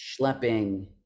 schlepping